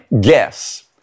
guess